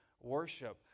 worship